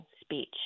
speech